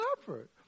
effort